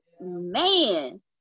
Man